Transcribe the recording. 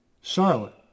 Charlotte